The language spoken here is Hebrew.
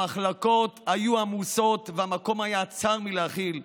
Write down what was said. המחלקות היו עמוסות והמקום היה צר מהכיל.